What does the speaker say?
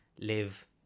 live